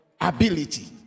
ability